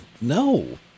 No